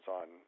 on